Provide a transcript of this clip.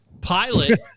Pilot